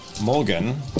Morgan